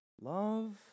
love